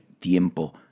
tiempo